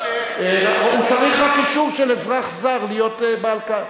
הוא צריך רק אישור של אזרח זר להיות בעל קרקע.